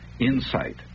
insight